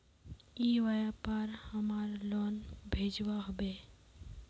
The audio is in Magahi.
ई व्यापार हमार लोन भेजुआ हभे?